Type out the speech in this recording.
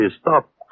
stop